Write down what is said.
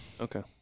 Okay